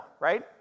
right